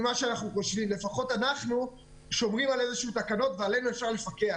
לפחות אנחנו שומרים על תקנות ועלינו אפשר לפקח.